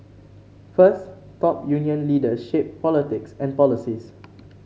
first top union leaders shape politics and policies